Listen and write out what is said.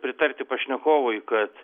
pritarti pašnekovui kad